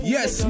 Yes